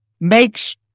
makes